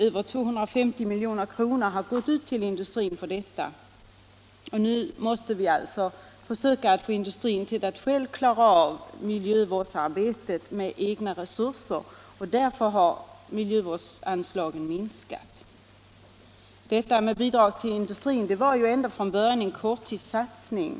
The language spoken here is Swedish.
Över 250 milj.kr. har gått ut till industrin för detta ändamål. Nu måste vi försöka få industrin att klara av miljövårdsarbetet med egna resurser, och därför har miljövårdsanslagen minskat. Miljövårdsbidragen till industrin har ända från början varit en korttidssatsning.